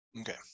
Okay